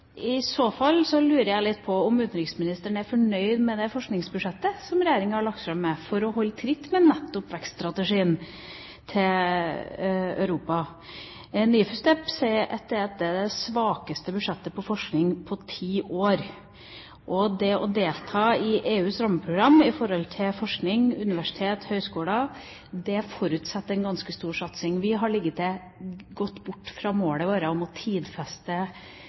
I så fall lurer jeg på om utenriksministeren er fornøyd med det forskningsbudsjettet som regjeringa har lagt fram, for å holde tritt med nettopp vekststrategien til Europa. NIFU STEP sier at dette er det svakeste budsjettet for forskning på ti år. Det å delta i EUs rammeprogram når det gjelder forskning, universiteter og høyskoler, forutsetter en ganske stor satsing. Vi har til og med gått bort fra målet om å tidfeste